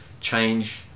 change